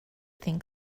think